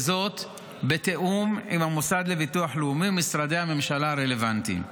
וזאת בתיאום עם המוסד לביטוח לאומי ומשרדי הממשלה הרלוונטיים.